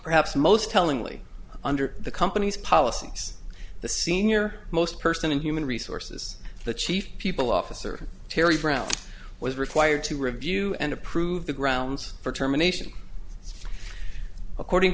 perhaps most tellingly under the company's policies the senior most person in human resources the chief people officer terry brown was required to review and approve the grounds for termination according